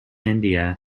india